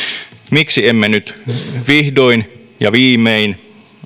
miksi emme nyt vihdoin ja viimein